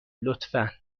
لطفا